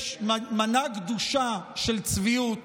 יש מנה גדושה של צביעות